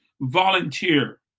volunteer